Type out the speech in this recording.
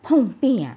pong piah